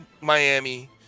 Miami